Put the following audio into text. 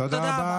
תודה רבה.